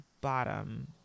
bottom